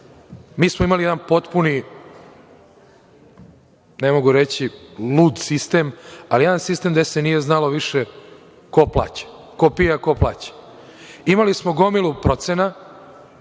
Mi smo imali jedan potpuni, ne mogu reći, lud sistem, ali jedan sistem gde se nije znalo više ko pije, a ko plaća. Imali smo gomilu procena